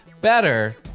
better